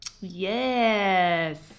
Yes